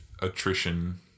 attrition